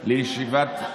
אני מציג אותה לקריאה ראשונה.